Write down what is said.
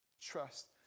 Trust